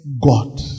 God